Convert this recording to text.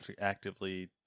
actively